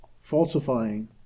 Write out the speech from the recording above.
falsifying